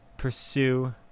pursue